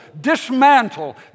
dismantle